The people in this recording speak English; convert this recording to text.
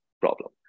problem